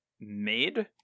made